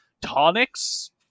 tonics